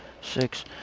six